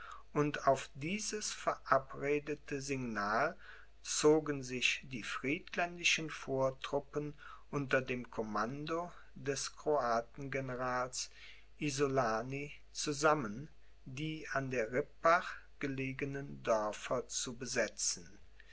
und auf dieses verabredete signal zogen sich die friedländischen vortruppen unter dem commando des kroatengenerals isolani zusammen die an der rippach gelegenen dörfer zu besetzen